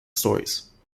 stories